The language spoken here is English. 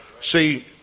See